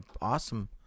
awesome